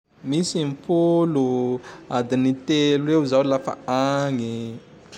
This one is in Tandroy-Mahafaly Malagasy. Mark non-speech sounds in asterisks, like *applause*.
*noise* Misy im-polo, *noise* adiny telo eo zaho lafa agny. *noise*